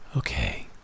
okay